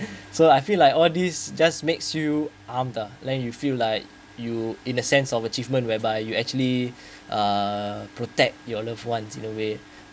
so I feel like all this just makes you armed then you feel like you in a sense of achievement whereby you actually uh protect your loved ones in a way